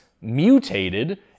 mutated